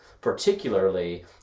particularly